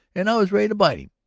and i was ready to bite him!